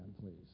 please